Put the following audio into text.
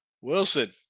Wilson